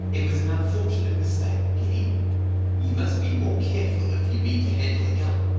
it was an unfortunate mistake, penny you must be more careful if you mean to handle a gun.